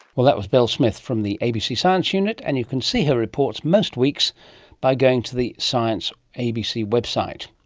well, that was bel smith from the abc science unit, and you can see her reports most weeks by going to the science abc website.